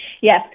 yes